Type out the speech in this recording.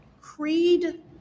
creed